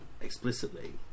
explicitly